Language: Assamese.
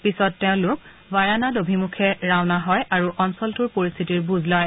পিছত তেওঁলোক ৱায়ানাড অভিমুখে ৰাওনা হয় আৰু অঞ্চলটোৰ পৰিস্থিতিৰ বুজ লয়